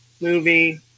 movie